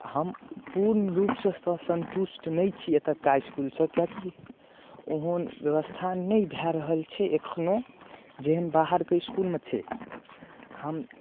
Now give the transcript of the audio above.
हम पूर्ण रूपसँ सन्तुष्ट नहि छी एतुका इसकुलसँ किएक कि ओहन व्यवस्था नहि भए रहल छै एखनो जेहन बाहरके इसकुलमे छै हम